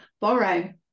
borrow